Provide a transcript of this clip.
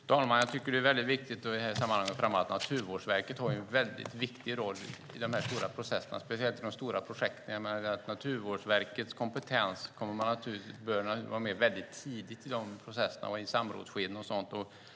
Fru talman! Jag tycker att det är viktigt i det här sammanhanget att framhäva att Naturvårdsverket har en viktig roll i de stora processerna, speciellt i de stora projekten. Naturvårdsverkets kompetens bör vara med tidigt i de processerna, i samrådsskeden och sådant.